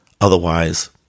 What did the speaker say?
Otherwise